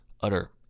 utter